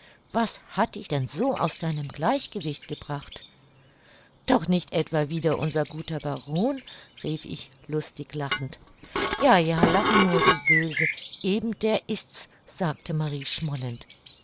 was hat dich denn so aus deinem gleichgewicht gebracht doch nicht etwa wieder unser guter baron rief ich lustig lachend ja ja lache nur du böse eben der ists sagte marie schmollend